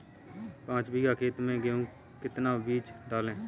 पाँच बीघा खेत में गेहूँ का कितना बीज डालें?